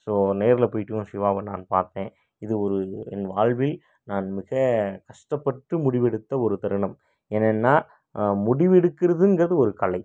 so நேரில் போய்விட்டும் சிவாவை நான் பார்த்தேன் இது ஒரு என் வாழ்வில் நான் மிக கஷ்டப்பட்டு முடிவெடுத்த ஒரு தருணம் என்னென்னால் முடிவெடுக்கிறதுங்கிறது ஒரு கலை